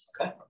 Okay